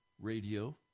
radio